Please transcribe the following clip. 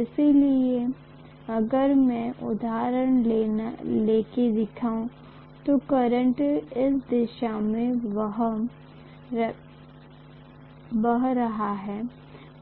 इसलिए अगर मैं उदाहरण लेके दिखाऊ तो करंट इस दिशा में बह रहा है